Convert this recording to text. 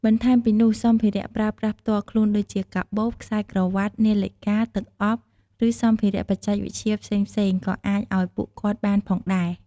បន្ថែមពីនោះសម្ភារៈប្រើប្រាស់ផ្ទាល់ខ្លួនដូចជា កាបូប ខ្សែក្រវ៉ាត់ នាឡិកា ទឹកអប់ ឬសម្ភារៈបច្ចេកវិទ្យាផ្សេងៗក៏អាចឲ្យពួកគាត់បានផងដែរ។